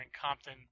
Compton